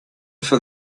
for